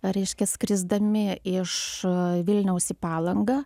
reiškia skrisdami iš vilniaus į palangą